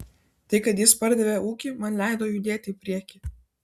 tai kad jis pardavė ūkį man leido judėti į priekį